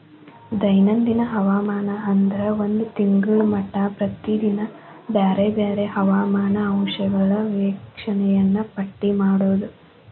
ದೈನಂದಿನ ಹವಾಮಾನ ಅಂದ್ರ ಒಂದ ತಿಂಗಳ ಮಟಾ ಪ್ರತಿದಿನಾ ಬ್ಯಾರೆ ಬ್ಯಾರೆ ಹವಾಮಾನ ಅಂಶಗಳ ವೇಕ್ಷಣೆಯನ್ನಾ ಪಟ್ಟಿ ಮಾಡುದ